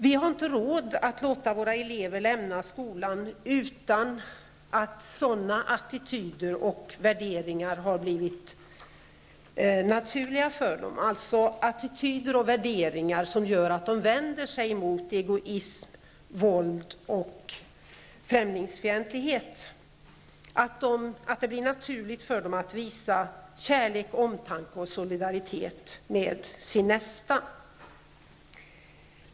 Vi har inte råd att låta våra barn lämna skolan utan att sådana attityder och värderingar har blivit naturliga för dem att de vänder sig mot egoism, våld och främlingsfientlighet och att de i stället visar kärlek, omtanke och solidaritet med sin nästa.